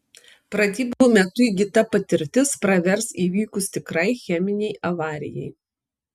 pratybų metu įgyta patirtis pravers įvykus tikrai cheminei avarijai